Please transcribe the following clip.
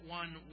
one